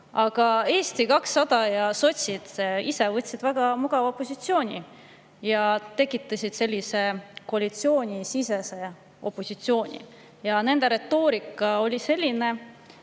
Aga Eesti 200 ja sotsid võtsid väga mugava positsiooni ja tekitasid sellise koalitsioonisisese opositsiooni. Nende retoorika oli selline,